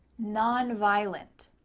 nonviolent,